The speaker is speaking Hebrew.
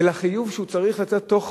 אלא חיוב שהוא צריך לתת תוך,